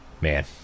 man